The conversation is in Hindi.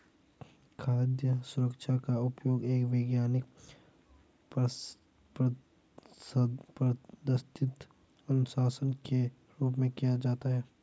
खाद्य सुरक्षा का उपयोग एक वैज्ञानिक पद्धति अनुशासन के रूप में किया जाता है